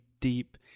deep